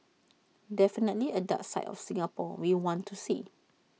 definitely A dark side of Singapore we want to see